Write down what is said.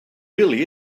really